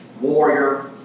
warrior